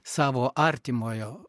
savo artimojo